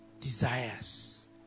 Desires